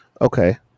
Okay